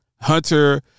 Hunter